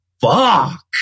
fuck